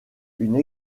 une